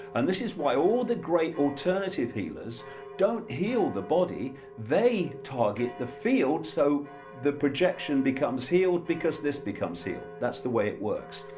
and this is why all the great alternative healers don't heal the body they target the field, so the projection becomes healed, because this becomes healed that's the way it works,